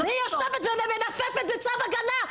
והיא יושבת ומנופפת בצו הגנה,